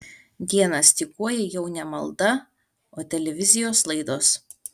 dieną styguoja jau ne malda o televizijos laidos